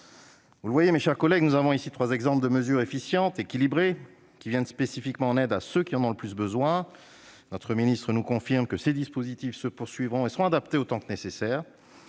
donc ici, mes chers collègues, trois exemples de mesures efficientes, équilibrées et qui viennent spécifiquement en aide à ceux qui en ont le plus besoin. Notre secrétaire d'État nous confirme que ces dispositifs se poursuivront, en étant adaptés autant que nécessaire.